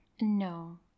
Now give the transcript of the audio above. No